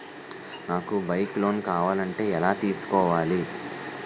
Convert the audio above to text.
నాకు bike loan కావాలంటే ఎలా తీసుకోవాలి?